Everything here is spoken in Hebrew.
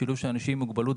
בשילוב של אנשים עם מוגבלות,